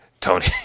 Tony